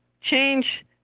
change